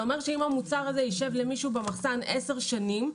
אומר שאם המוצר הזה ישב למישהו במחסן עשר שנים,